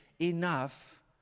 enough